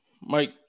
Mike